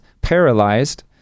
paralyzed